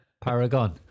Paragon